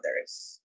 others